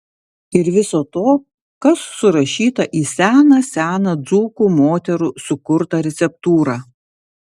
ir viso to kas surašyta į seną seną dzūkų moterų sukurtą receptūrą